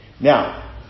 Now